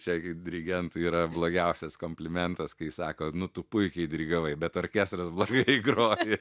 čia kai dirigentui yra blogiausias komplimentas kai sako nu tu puikiai dirigavai bet orkestras blogai groja